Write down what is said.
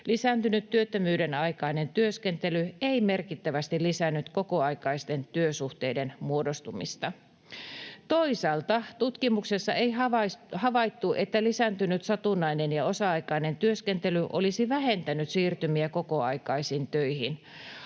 Lisääntynyt työttömyyden aikainen työskentely ei merkittävästi lisännyt kokoaikaisten työsuhteiden muodostumista. Toisaalta tutkimuksessa ei havaittu, että lisääntynyt, satunnainen ja osa-aikainen työskentely olisi vähentänyt siirtymiä kokoaikaisiin töihin.